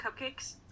cupcakes